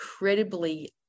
incredibly